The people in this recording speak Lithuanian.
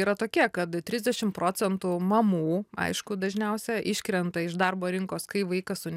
yra tokie kad trisdešimt procentų mamų aišku dažniausia iškrenta iš darbo rinkos kai vaikas su